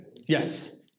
Yes